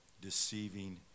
deceiving